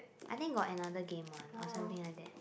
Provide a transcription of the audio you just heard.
I think got another game one or something like that